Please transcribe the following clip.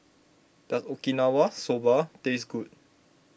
does Okinawa Soba taste good